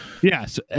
Yes